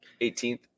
18th